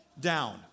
down